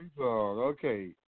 Okay